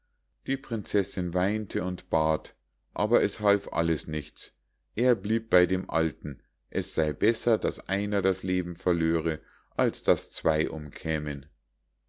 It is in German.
die prinzessinn weinte und bat aber es half alles nichts er blieb bei dem alten es sei besser daß einer das leben verlöre als daß zwei umkämen